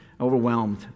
overwhelmed